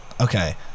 okay